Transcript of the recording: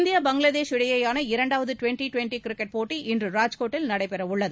India Bangladesh இடையேயான இரண்டாவது twenty twenty cricket போட்டி இன்று ராஜ்கோட்டில் நடைபெற உள்ளது